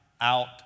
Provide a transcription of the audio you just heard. out